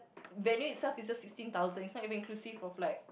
venue itself is just sixteen thousand it's not even inclusive of like